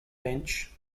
bench